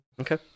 Okay